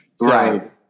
Right